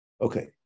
Okay